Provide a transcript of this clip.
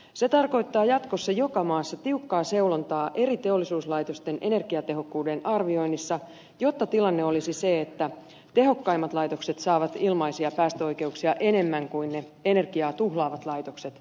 se tarkoittaa jatkossa joka maassa tiukkaa seulontaa eri teollisuuslaitosten energiatehokkuuden arvioinnissa jotta tilanne olisi se että tehokkaimmat laitokset saavat ilmaisia päästöoikeuksia enemmän kuin ne energiaa tuhlaavat laitokset